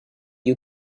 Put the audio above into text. you